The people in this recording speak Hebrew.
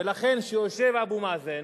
ולכן, כשיושב אבו מאזן